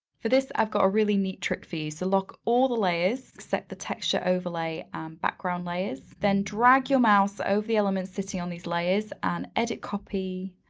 for this, i've got a really neat trick for you. so lock all the layers except the texture overlay background layers, then drag your mouse over the elements sitting on these layers, and edit copy,